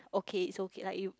okay it's okay like you